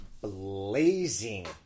blazing